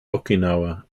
okinawa